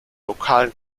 lokalen